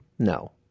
No